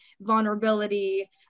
vulnerability